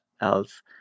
else